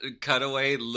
cutaway